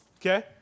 Okay